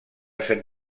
sant